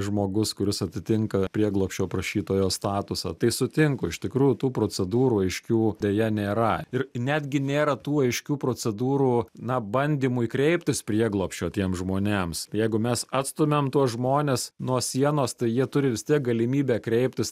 žmogus kuris atitinka prieglobsčio prašytojo statusą tai sutinku iš tikrų tų procedūrų aiškių deja nėra ir netgi nėra tų aiškių procedūrų na bandymui kreiptis prieglobsčio tiems žmonėms jeigu mes atstumiam tuos žmones nuo sienos tai jie turi vis tiek galimybę kreiptis